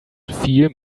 viel